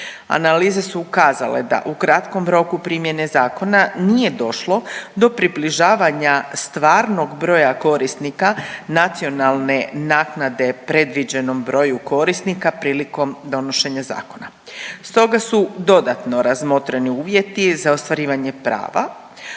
Analize su ukazale da u kratkom roku primjene zakona nije došlo do približavanja stvarnog broja korisnika nacionalne naknade predviđenom broju korisnika prilikom donošenja zakona, stoga su dodatno razmotreni uvjeti za ostvarivanje prava